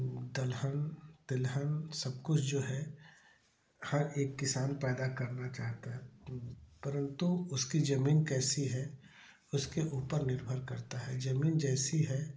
दलहन तिलहन सब कुछ जो है हर एक किसान पैदा करना चाहता है परंतु उसकी जमीन कैसी है उसके ऊपर निर्भर करता है जमीन जैसी है